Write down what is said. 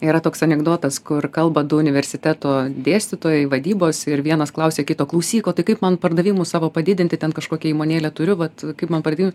yra toks anekdotas kur kalba du universiteto dėstytojai vadybos ir vienas klausia kito klausyk o tai kaip man pardavimus savo padidinti ten kažkokią įmonėlę turiu vat kaip man pardavi